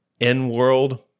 N-World